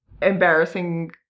embarrassing